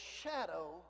shadow